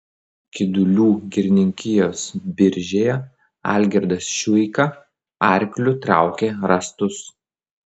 kidulių girininkijos biržėje algirdas šiuika arkliu traukė rąstus